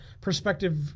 perspective